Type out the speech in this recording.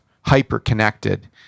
hyper-connected